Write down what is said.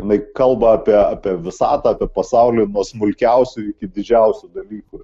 jinai kalba apie apie visatą apie pasaulį nuo smulkiausių iki didžiausių dalykų